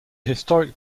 historic